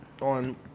On